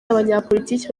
abanyapolitiki